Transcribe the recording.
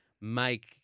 make